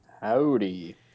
Howdy